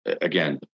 Again